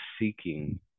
seeking